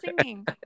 singing